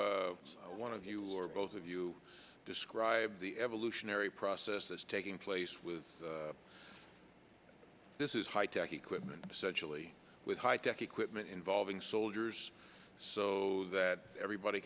say one of you or both of you described the evolutionary process as taking place with this is high tech equipment such really with high tech equipment involving soldiers so that everybody